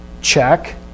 check